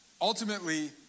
ultimately